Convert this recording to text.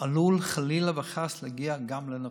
עלולה חס וחלילה להגיע גם לנפשות.